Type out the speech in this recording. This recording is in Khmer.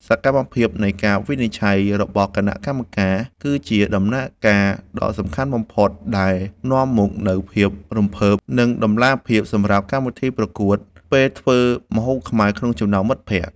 សកម្មភាពនៃការវិនិច្ឆ័យរបស់គណៈកម្មការ គឺជាដំណាក់កាលដ៏សំខាន់បំផុតដែលនាំមកនូវភាពរំភើប និងតម្លាភាពសម្រាប់កម្មវិធីប្រកួតធ្វើម្ហូបខ្មែរក្នុងចំណោមមិត្តភក្តិ។